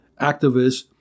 activists